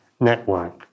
network